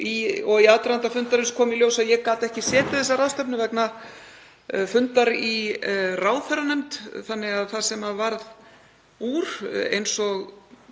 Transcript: Í aðdraganda fundarins kom í ljós að ég gat ekki setið þessa ráðstefnu vegna fundar í ráðherranefnd þannig að það varð úr, eins og